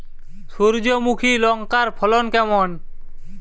সূর্যমুখী লঙ্কার ফলন কেমন?